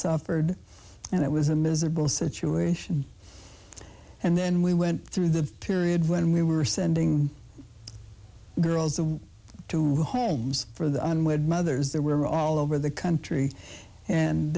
suffered and it was a miserable situation and then we went through the period when we were sending girls away to homes for the unwed mothers there were all over the country and